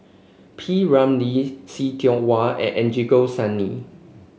P Ramlee See Tiong Wah and Angelo Sanelli